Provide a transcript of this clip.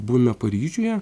buvome paryžiuje